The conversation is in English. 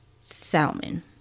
salmon